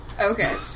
Okay